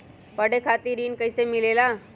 पढे खातीर ऋण कईसे मिले ला?